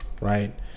right